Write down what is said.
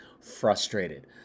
frustrated